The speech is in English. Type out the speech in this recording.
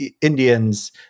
Indians